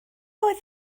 oedd